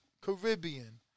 Caribbean